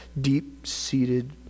deep-seated